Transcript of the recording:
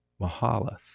Mahalath